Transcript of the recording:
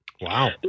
Wow